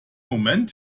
moment